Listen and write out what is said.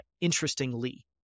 interestingly